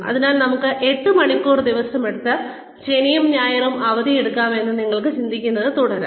അതിനാൽ നമുക്ക് എട്ട് മണിക്കൂർ ദിവസമെടുത്ത് ശനിയും ഞായറും അവധിയെടുക്കാം എന്ന് നിങ്ങൾക്ക് ചിന്തിക്കുന്നത് തുടരാം